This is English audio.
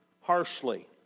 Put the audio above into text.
harshly